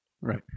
Right